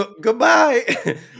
Goodbye